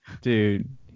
Dude